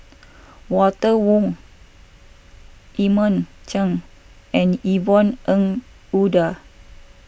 Walter Woon Edmund Chen and Yvonne Ng Uhde